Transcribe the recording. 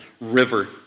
river